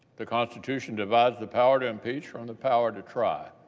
the constitution divides the power to impeach from the power to try.